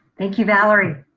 thank you, valerie.